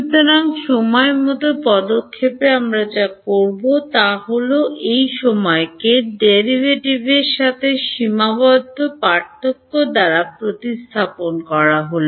সুতরাং সময় মতো পদক্ষেপে আমরা যা করব তা হল এই সময়কে ডেরিভেটিভের সাথে সীমাবদ্ধ পার্থক্য দ্বারা প্রতিস্থাপন করা হল